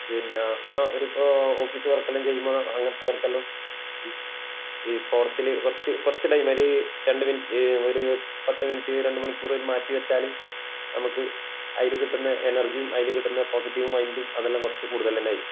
പിന്നെ നമ്മൾ ഒരു ഇപ്പോൾ ഓഫീസ് വർക്കെല്ലാം ചെയ്യുമ്പോൾ അങ്ങനത്തവർക്കെല്ലാം ഈ സ്പോർട്സിൽ കുറച്ച് കുറച്ച് ടൈം ഒരു രണ്ട് മിനിറ്റ് ഒരു പത്ത് മിനിറ്റ് രണ്ട് മണിക്കൂർ അതിന് മാറ്റി വച്ചാൽ നമ്മൾക്ക് അതിൽ കിട്ടുന്ന എനർജിയും അതിൽ കിട്ടുന്ന പോസിറ്റീവ് മൈൻഡും അതെല്ലാം കുറച്ച് കൂടുതൽ തന്നെ ആയിരിക്കും